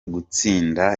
gutsinda